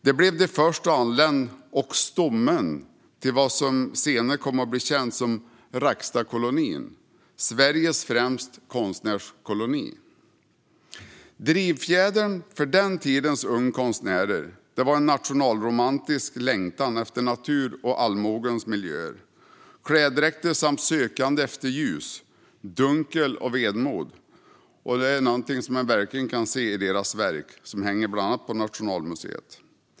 De blev de första att anlända och stommen till vad som senare kom att bli känt som Rackstadkolonin, Sveriges främsta konstnärskoloni. Drivfjädern för den tidens unga konstnärer var en nationalromantisk längtan efter natur, allmogens miljöer och klädedräkter samt sökande efter ljus, dunkel och vemod. Det kan man verkligen se i deras verk, som hänger på bland annat Nationalmuseum.